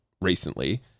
recently